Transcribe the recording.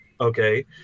Okay